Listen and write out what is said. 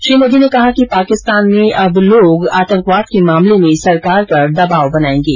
श्री मोदी ने कहा कि पाकिस्तान में अब लोग आतंकवाद के मामले में सरकार पर दबाव बनायेंगे